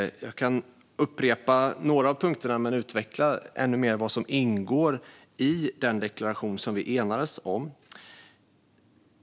Jag kan upprepa några av punkterna och utveckla ännu mer vad som ingår i den deklaration vi enades om.